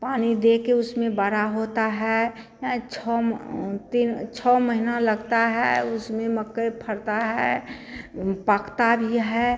पानी देकर उसमें बड़ा होता है छः तिन छः महीना लगता है उसमें मकई फलता है पकता भी है